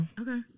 Okay